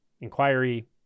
inquiry